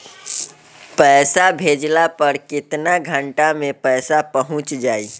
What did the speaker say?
पैसा भेजला पर केतना घंटा मे पैसा चहुंप जाई?